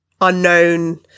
unknown